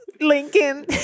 Lincoln